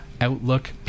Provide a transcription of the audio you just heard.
Outlook